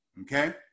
okay